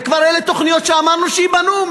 ואלה כבר תוכניות שאמרנו, שייבנו.